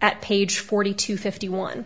at page forty two fifty one